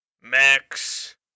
Max